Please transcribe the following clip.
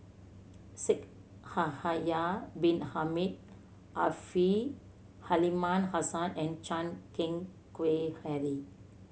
Shaikh Yahya Bin Ahmed Afifi Aliman Hassan and Chan Keng Howe Harry